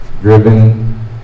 driven